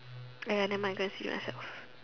!aiya! nevermind I go and see myself